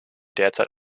derzeit